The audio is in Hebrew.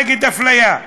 נגד אפליה.